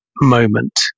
moment